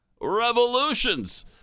revolutions